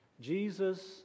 Jesus